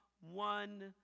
one